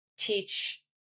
teach